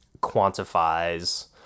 quantifies